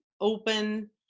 open